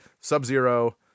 Sub-Zero